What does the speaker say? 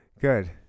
Good